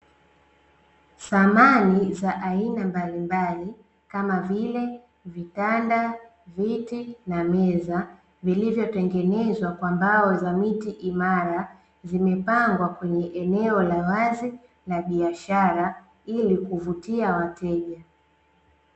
Samani za aina mbalimbali kama vile vitanda, viti na meza vilivyotengenezwa kwa mbao za miti imara zimepangwa kwenye eneo la wazi la biashara ili kuvutia wateja .